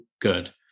good